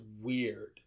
weird